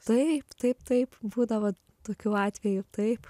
taip taip taip būdavo tokių atvejų taip